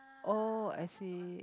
oh I see